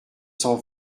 cent